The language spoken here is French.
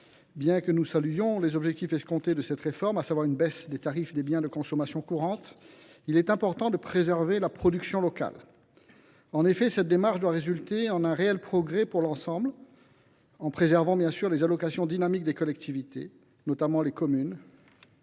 Bien que nous saluions les objectifs de cette réforme, à savoir une baisse des tarifs des biens de consommation courante, il est important de préserver la production locale. En effet, cette démarche doit déboucher sur un progrès général et préserver les allocations dynamiques des collectivités, notamment les communes,